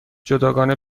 جداگانه